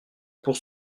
pour